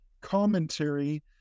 commentary